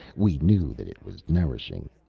we knew that it was nourishing.